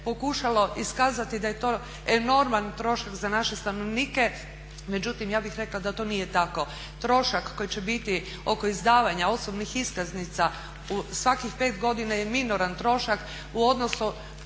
pokušalo iskazati da je to enorman trošak za naše stanovnike, međutim ja bih rekla da to nije tako. Trošak koji će biti oko izdavanja osobnih iskaznica svakih 5 godina je minoran trošak u odnosu